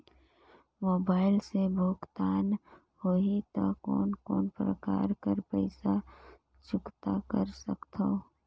Mobile से भुगतान होहि त कोन कोन प्रकार कर पईसा चुकता कर सकथव?